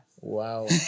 Wow